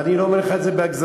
ואני לא אומר לך את זה בהגזמה,